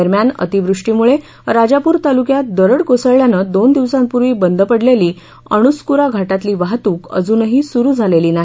दरम्यान अतिवृष्टीमुळे राजापूर तालुक्यात दरड कोसळल्यानं दोन दिवसांपूर्वी बंद पडलेली अणुस्कुरा घाटातली वाहतूक अजूनही सुरू झालेली नाही